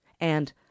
and